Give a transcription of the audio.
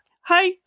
Hi